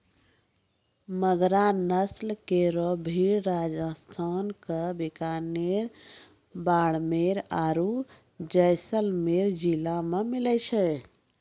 मगरा नस्ल केरो भेड़ राजस्थान क बीकानेर, बाड़मेर आरु जैसलमेर जिला मे मिलै छै